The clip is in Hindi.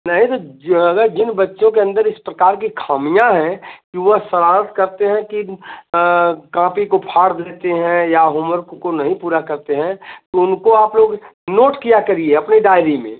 नहीं तो अगर जिन बच्चों के अंदर इस प्रकार की खामियाँ हैं कि वह शरारत करते हैं कि काँपी को फाड़ देते हैं या होमवर्क को नहीं पूरा करते हैं तो उनको आप लोग नोट किया करिए अपनी डायरी में